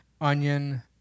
onion